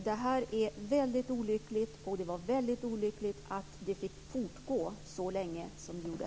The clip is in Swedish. Det var väldigt olyckligt att det fick fortgå så länge som det gjorde.